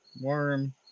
worm